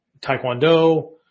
Taekwondo